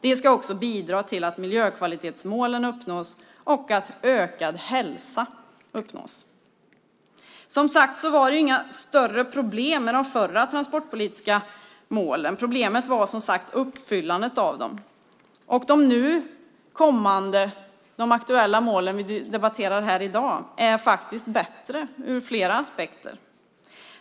Det ska också bidra till att miljökvalitetsmålen uppnås och att ökad hälsa uppnås. Som sagt var det inga större problem med de förra transportpolitiska målen. Problemet var uppfyllandet av dem. De aktuella mål vi debatterar här i dag är faktiskt bättre ur flera aspekter.